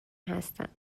هستند